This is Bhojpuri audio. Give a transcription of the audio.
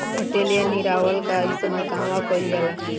पटेला या निरावन का इस्तेमाल कहवा कइल जाला?